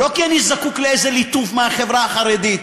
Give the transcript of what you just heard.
ולא כי אני זקוק לאיזה ליטוף מהחברה החרדית,